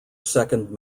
second